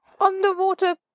underwater